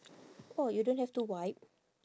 orh you don't have to wipe